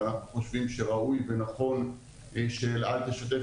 ואנחנו חושבים שראוי ונכון שאל-על תשתף